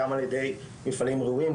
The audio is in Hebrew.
גם על ידי מפעלים ראויים,